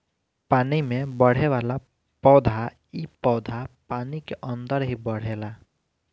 पानी में बढ़ेवाला पौधा इ पौधा पानी के अंदर ही बढ़ेला